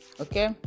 okay